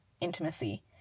intimacy